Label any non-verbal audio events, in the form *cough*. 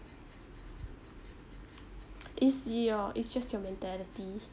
*noise* is your it's just your mentality